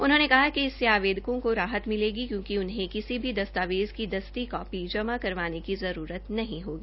उन्होंने कहा कि इससे आवेदकों को राहत मिलेगी क्योंकि उन्हें किसी भी दस्तावेज की दस्ती कॉपी जमा करने की जरूरत नहीं होगी